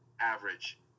average